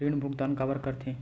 ऋण भुक्तान काबर कर थे?